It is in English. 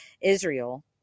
Israel